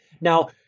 Now